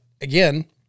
again